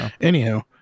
anyhow